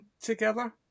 together